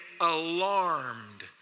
alarmed